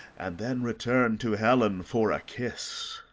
and then return to helen for a kiss.